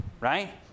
Right